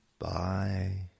Bye